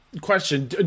Question